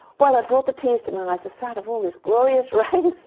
well it brought the tears to my eyes, the sight of all this glorious rain.